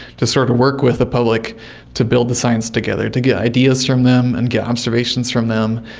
to sort of work with the public to build the science together, to get ideas from them and get observations from them.